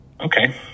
okay